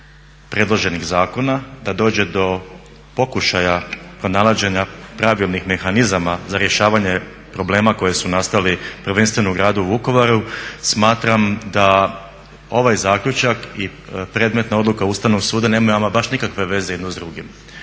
predloženih zakona, da dođe po pokušaja pronalaženja pravilnih mehanizama za rješavanje problema koji su nastali prvenstveno u Gradu Vukovaru smatram da ovaj zaključak i predmetna odluka Ustavnog suda nemaju ama baš nikakve veze jedno s drugim.